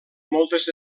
moltes